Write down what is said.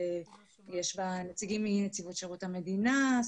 נציגים מנציבות שירות המדינה.